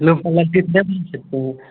लोग सकते हैं